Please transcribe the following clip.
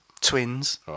Twins